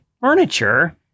furniture